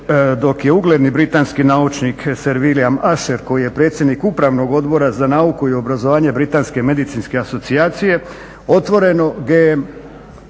dok je ugledni britanski naučnik sir William Asher koji je predsjednik Upravnog odbora za nauku i obrazovanje Britanske medicinske asocijacije otvoreno